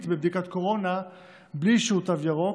בבדיקת קורונה בלי אישור תו ירוק,